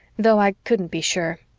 though i couldn't be sure.